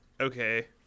okay